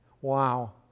Wow